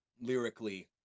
lyrically